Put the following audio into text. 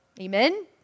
Amen